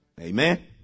Amen